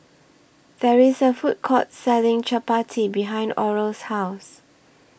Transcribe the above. There IS A Food Court Selling Chappati behind Oral's House